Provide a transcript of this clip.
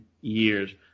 years